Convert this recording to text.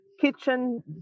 Kitchen